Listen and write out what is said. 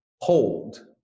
hold